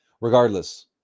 regardless